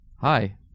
Hi